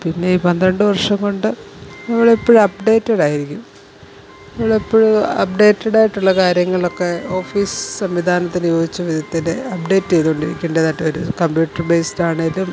പിന്നെ ഈ പന്ത്രണ്ട് വർഷം കൊണ്ട് നമ്മളെപ്പോഴും അപ്പ്ഡേറ്റഡായിരിക്കും നമ്മലളെപ്പോഴും അപ്പ്ഡേറ്റാഡായിട്ടുള്ള കാര്യങ്ങളൊക്കെ ഓഫീസ് സംവിധാനത്തിന് യോജിച്ച രീതിയില് അപ്പ്ഡേറ്റ്യ്തോണ്ടിരിക്കേണ്ടതായിട്ട് വരും കമ്പ്യൂട്ടർ ബേസ്ഡാണേലും